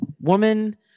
woman